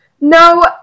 No